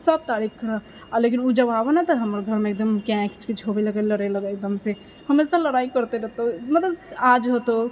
सब तारीफ करऽ हऽ लेकिन ओ जब आबऽ ने तऽ हमर घरमे एकदम कैं कीच कीच होबे लगऽ लड़ै लगै एकदमसँ हमेशा लड़ाइ करते रहतो मतलब आज होतौ